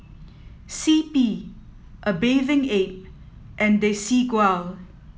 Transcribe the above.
C P A Bathing Ape and Desigual